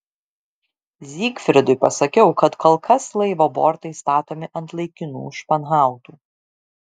zygfridui pasakiau kad kol kas laivo bortai statomi ant laikinų španhautų